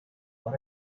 but